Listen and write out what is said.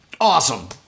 awesome